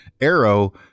arrow